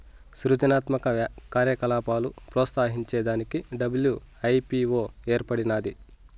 సృజనాత్మక కార్యకలాపాలు ప్రోత్సహించే దానికి డబ్ల్యూ.ఐ.పీ.వో ఏర్పడినాది